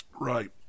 Right